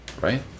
right